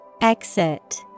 Exit